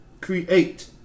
Create